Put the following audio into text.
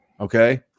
Okay